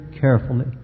carefully